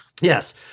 Yes